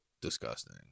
disgusting